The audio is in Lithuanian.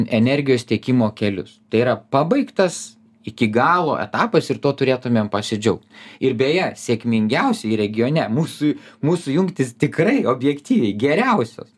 energijos tiekimo kelius tai yra pabaigtas iki galo etapas ir tuo turėtumėm pasidžiaugt ir beje sėkmingiausiai regione mūsų mūsų jungtys tikrai objektyviai geriausios